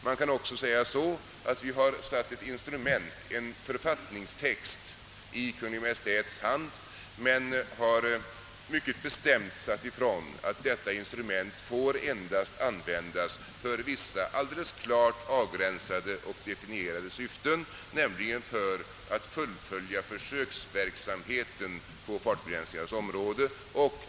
Man kan också säga att vi har satt ett instrument, en författningstext, i Kungl. Maj:ts hand men att vi mycket bestämt har sagt ifrån att detta instrument endast får användas för vissa alldeles klart avgränsade och definierade syften, nämligen för att fullfölja försöksverksamheten på fartbegränsningens område.